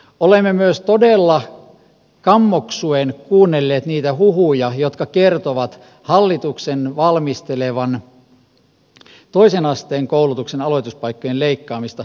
olemme myös todella kammoksuen kuunnelleet niitä huhuja jotka kertovat hallituksen valmistelevan toisen asteen koulutuksen aloituspaikkojen leikkaamista